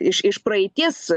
iš iš praeities